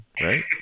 right